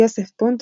יוסף פונד,